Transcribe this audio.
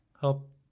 help